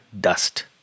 dust